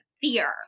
fear